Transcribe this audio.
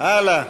הלאה.